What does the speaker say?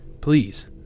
Please